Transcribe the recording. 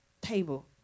table